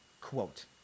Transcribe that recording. Quote